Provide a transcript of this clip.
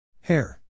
Hair